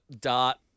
dart